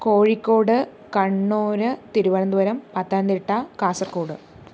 Kozhikode Kannur Thiruvananthapuram Pathanamthitta Kasaragod